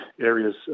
areas